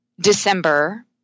December